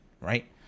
right